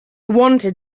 wanted